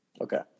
Okay